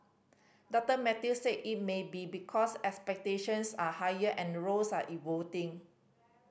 Doctor Mathews said it may be because expectations are higher and roles are evolving